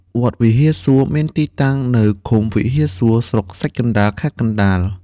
វត្តវិហារសួរ មានទីតាំងនៅឃុំវិហារសួរ ស្រុកខ្សាច់កណ្ដាល ខេត្តកណ្ដាល។